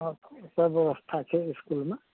हँ सब व्यवस्था छै इसकूलमे